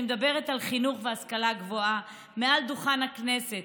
מדברת על חינוך והשכלה גבוהה מעל דוכן הכנסת,